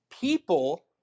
People